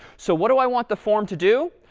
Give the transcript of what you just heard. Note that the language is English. so what do i want the form to do?